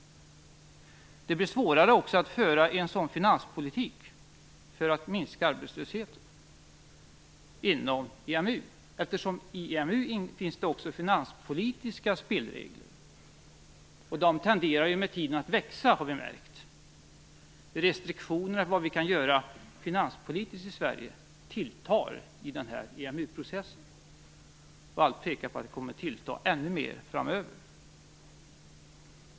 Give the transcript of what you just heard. Det blir också svårare att föra en finanspolitik för att minska arbetslösheten inom EMU eftersom det inom EMU också finns finanspolitiska spelregler, och de tenderar, har vi märkt, att växa med tiden. Restriktionerna för vad vi kan göra finanspolitiskt i Sverige tilltar i EMU processen, och allt pekar på att de kommer att tillta ännu mer framöver.